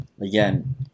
again